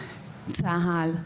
צה"ל.